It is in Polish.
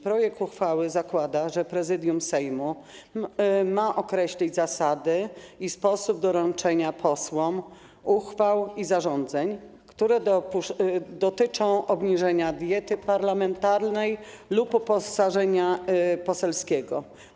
Projekt uchwały zakłada, że Prezydium Sejmu ma określić zasady i sposób doręczania posłom uchwał i zarządzeń, które dotyczą obniżenia diety parlamentarnej lub uposażenia poselskiego.